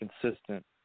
consistent